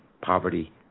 poverty